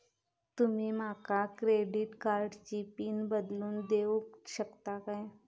तुमी माका क्रेडिट कार्डची पिन बदलून देऊक शकता काय?